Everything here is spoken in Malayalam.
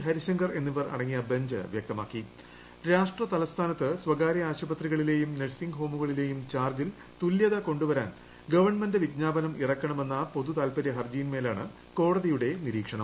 ഹ്റരിശങ്കർ എന്നിവർ അടങ്ങിയ വ്യക്തമാക്കിട്ടും രാഷ്ട്രതലസ്ഥാനത്ത് ബഞ്ച് സ്വകാര്യ ആശുപത്രികളിലെയും ന്നെഴ്സിംഗ് ഹോമുകളിലെയും ചാർജ്ജിൽ തുല്യത കൊണ്ടുവരാൻ ഗവണ്മെന്റ് വിജ്ഞാപനം ഇറക്കണമെന്ന പൊതു താല്പരൃ ഹർജിയിന്മേലാണ് കോടതിയുടെ നിരീക്ഷണം